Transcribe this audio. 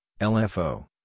LFO